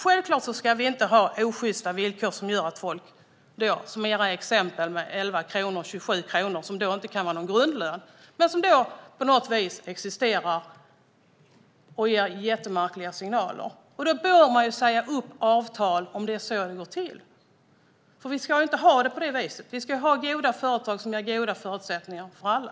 Självklart ska det inte vara osjysta villkor som gör att folk får 11 kronor eller 27 kronor i lön. Det är era exempel, och det kan inte vara en grundlön. Men de lönerna existerar, och de ger märkliga signaler. Om det är så det går till bör avtalen sägas upp. Det ska inte vara så. Det ska vara goda företag som ger goda förutsättningar för alla.